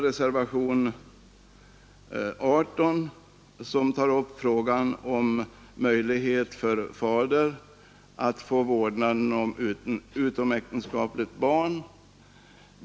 Reservationen 18 tar upp frågan om möjligheten för fader att få vårdnaden om utomäktenskapligt barn.